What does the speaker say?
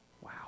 Wow